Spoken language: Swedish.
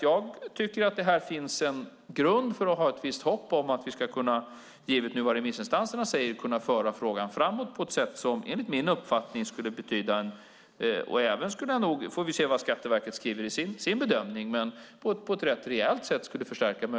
Jag tycker att det finns grund för ett visst hopp om att vi ska kunna föra frågan framåt på ett sätt som skulle öka möjligheten att kontrollera taxibranschen. Vi får se vad Skatteverket skriver i sin bedömning.